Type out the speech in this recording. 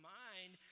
mind